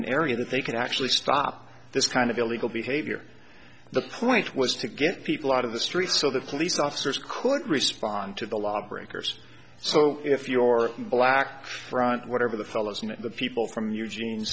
an area that they could actually stop this kind of illegal behavior the point was to get people out of the streets so the police officers could respond to the law breakers so if your black front whatever the fellows met the people from eugene